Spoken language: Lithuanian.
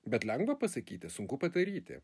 bet lengva pasakyti sunku padaryti